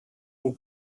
und